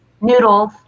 Noodles